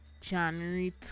january